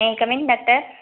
may I come in doctor